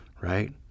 Right